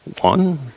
One